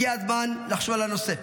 הגיע הזמן לחשוב על הנושא,